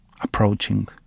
approaching